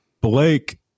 Blake